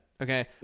Okay